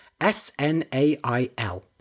S-N-A-I-L